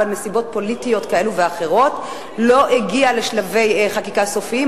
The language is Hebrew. אבל מסיבות פוליטיות כאלה ואחרות לא הגיע לשלבי חקיקה סופיים.